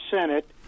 Senate